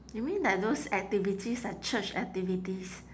you mean like those activities like church activities